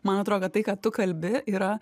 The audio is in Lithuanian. man atrodo kad tai ką tu kalbi yra